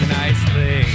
nicely